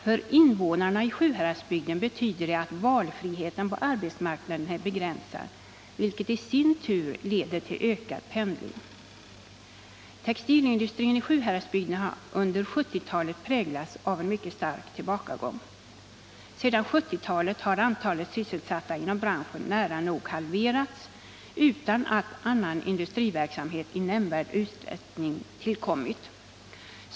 För invånarna i Sjuhäradsbygden betyder det att valfriheten på arbetsmarknaden är begränsad, vilket i sin tur leder till ökad pendling. Textilindustrin i Sjuhäradsbygden har under 1970-talet präglats av en mycket stark tillbakagång. Sedan 1970 har antalet sysselsatta inom branschen nära nog halverats utan att annan industriverksamhet i nämnvärd utsträckning tillkommit.